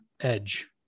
edge